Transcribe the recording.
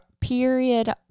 period